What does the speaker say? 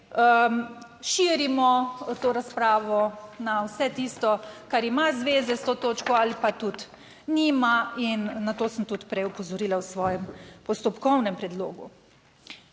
širimo to razpravo na vse tisto, kar ima zveze s to točko, ali pa tudi nima in na to sem tudi prej opozorila v svojem postopkovnem predlogu.